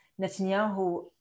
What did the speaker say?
Netanyahu